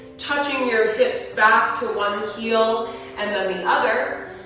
touching your hips back to one heel and then the other.